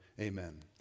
Amen